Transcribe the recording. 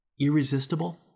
irresistible